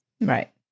Right